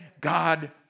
God